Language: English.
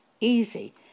easy